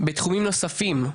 בתחומים נוספים,